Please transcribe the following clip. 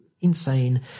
insane